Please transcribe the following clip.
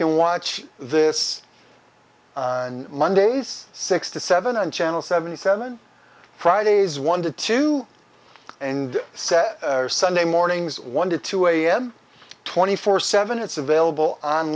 can watch this monday's six to seven and channel seventy seven fridays one to two and set sunday mornings one to two am twenty four seven it's available on